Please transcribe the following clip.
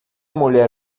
mulher